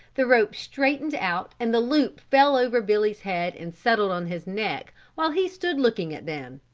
the rope straightened out and the loop fell over billy's head and settled on his neck while he stood looking at them.